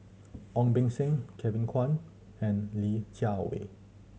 Ong Beng Seng Kevin Kwan and Li Jiawei